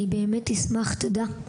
אני באמת אשמח, תודה.